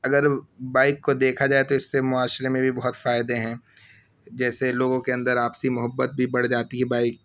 اگر بائیک کو دیکھا جائے تو اس سے معاشرے میں بھی بہت فائدے ہیں جیسے لوگوں کے اندر آپسی محبت بھی بڑھ جاتی ہے بائیک